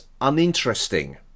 uninteresting